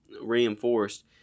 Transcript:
reinforced